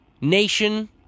nation